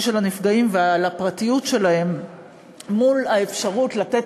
של הנפגעים ועל הפרטיות שלהם לבין האפשרות לתת